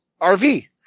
RV